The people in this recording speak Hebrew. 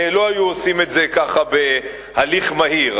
לא היו עושים את זה בהליך מהיר.